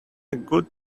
good